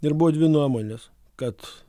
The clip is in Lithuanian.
ir buvo dvi nuomonės kad